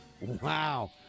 Wow